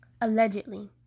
allegedly